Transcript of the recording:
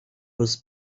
was